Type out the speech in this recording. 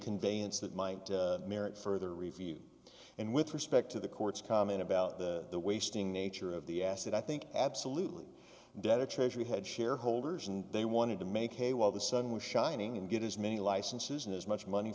conveyance that my marriage further review and with respect to the court's comment about the wasting nature of the asset i think absolutely dead or treasury had shareholders and they wanted to make hay while the sun was shining and get as many licenses and as much money